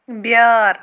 بیٲر